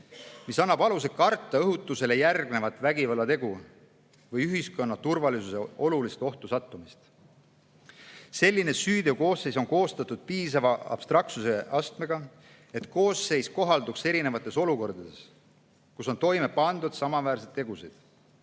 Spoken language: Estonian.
mis annab aluse karta õhutusele järgnevat vägivallategu või ühiskonna turvalisuse olulist ohtu sattumist. Selline süüteokoosseis on koostatud piisava abstraktsuse astmega, et koosseis kohalduks erinevates olukordades, kus on toime pandud samaväärseid tegusid.